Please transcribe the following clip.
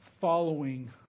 following